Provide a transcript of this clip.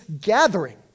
gathering